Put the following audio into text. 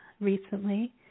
recently